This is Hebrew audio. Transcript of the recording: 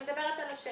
את מדברת על השלטר.